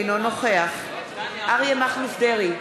אינו נוכח אריה מכלוף דרעי,